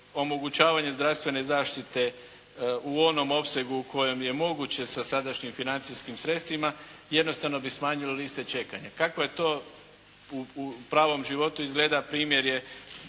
omogućavanje zdravstvene zaštite u onom opsegu u kojem je moguće sa sadašnjim financijskim sredstvima, jednostavno bi smanjili liste čekanja. Kakvo je tu u pravom životu izgleda primjer je